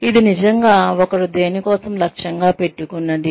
ఇది నిజంగా ఒకరు దేని కోసం లక్ష్యంగా పెట్టుకున్నది